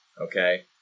okay